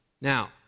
Now